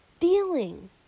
Dealing